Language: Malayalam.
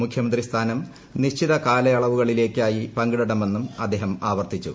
മുഖ്യമന്ത്രി സ്ഥാനം നിശ്ചിതകാലയളവുകളിലേക്കായി പങ്കിടണമെന്നും അദ്ദേഹം ആവർത്തിച്ചു